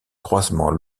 croisement